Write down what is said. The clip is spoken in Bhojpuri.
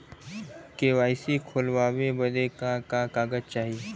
के.वाइ.सी खोलवावे बदे का का कागज चाही?